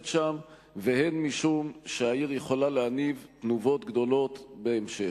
שם והן משום שהעיר יכולה להניב תנובות גדולות בהמשך.